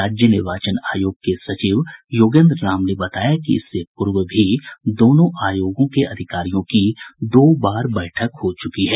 राज्य निर्वाचन आयोग के सचिव योगेन्द्र राम ने बताया कि इससे पूर्व भी दोनों आयोगों के अधिकारियों की दो बार बैठक हो चुकी है